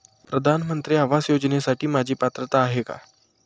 प्रधानमंत्री आवास योजनेसाठी माझी पात्रता आहे का?